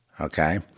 Okay